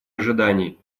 ожиданий